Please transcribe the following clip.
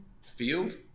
field